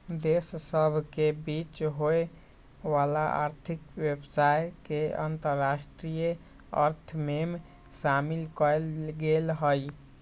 देश सभ के बीच होय वला आर्थिक व्यवसाय के अंतरराष्ट्रीय अर्थ में शामिल कएल गेल हइ